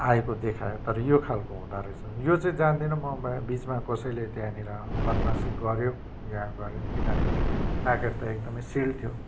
आएको देखायो तर यो खालको हुँदो रहेछ यो चाहिँ जान्दिनँ म बिचमा कसैले त्यहाँनिर बदमासी गऱ्यो या गरेन किनभने प्याकेट त एकदमै सिल्ड थियो